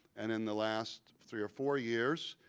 and in the last three or four years,